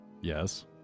Yes